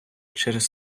через